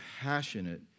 passionate